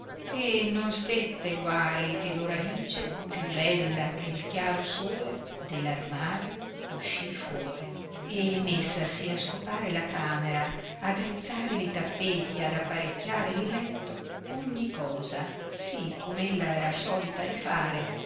e non stette guari che doralice più bella che chiaro sole de l'armaio uscì fuori e messasi a scopare la camera a drizzare li tappeti e ad apparecchiare il letto ogni cosa sì come ella era solita di fare